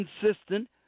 consistent